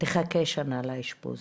תחכה שנה לאשפוז.